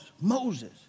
Moses